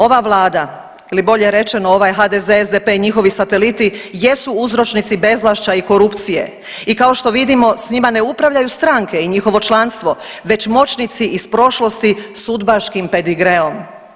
Ova vlada ili bolje rečeno ovaj HDZ, SDP i njihovi sateliti jesu uzročni bezvlašća i korupcije i kao što vidimo s njima ne upravljaju stranke i njihovo članstvo već moćnici iz prošlosti s udbaškim pedigreom.